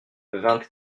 vingt